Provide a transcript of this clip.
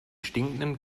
stinkenden